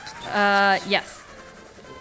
Yes